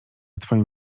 twoim